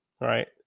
right